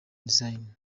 design